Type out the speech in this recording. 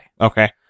Okay